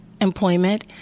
employment